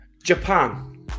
Japan